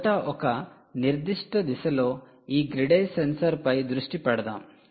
మొదట ఒక నిర్దిష్ట దిశలో ఈ 'గ్రిడ్ ఐ సెన్సార్'పై దృష్టి పెడదాం